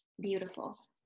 Beautiful